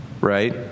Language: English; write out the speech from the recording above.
right